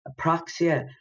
apraxia